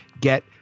get